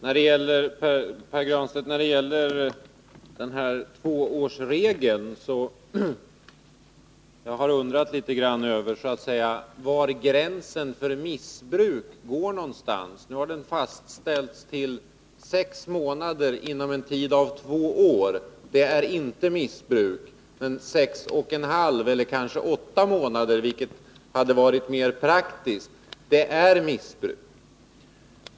Fru talman! När det gäller tvåårsregeln, Pär Granstedt, har jag undrat litet över var gränsen för missbruk går. Nu har den fastställts till sex månader inom en tidrymd av två år. Det är inte missbruk. Men sex och en halv eller kanske åtta månader, vilket hade varit mer praktiskt, det är missbruk.